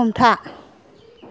हमथा